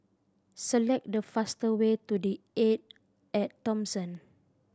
select the fast way to The Arte At Thomson